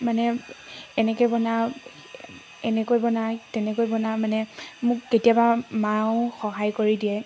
মানে এনেকৈ বনাওঁ এনেকৈ বনাই তেনেকৈ বনা মানে মোক কেতিয়াবা মাও সহায় কৰি দিয়ে